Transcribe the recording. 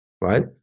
right